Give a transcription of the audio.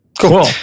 Cool